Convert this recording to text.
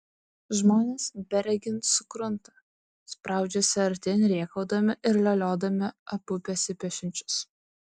žmonės beregint sukrunta spraudžiasi artyn rėkaudami ir leliodami abu besipešančius